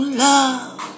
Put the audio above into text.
love